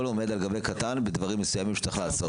עומד על גבי קטן בדברים מסוימים שצריך לעשות.